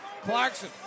Clarkson